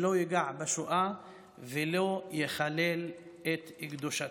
שלא ייגע בשואה ולא יחלל את קדושתה.